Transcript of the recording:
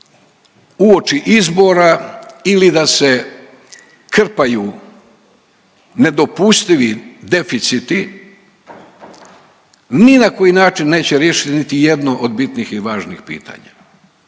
uoči izbora ili da se krpaju nedopustivi deficiti ni na koji način neće riješiti niti jedno od bitnih i važnih pitanja.